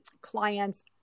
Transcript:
clients